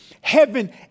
heaven